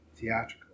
theatrical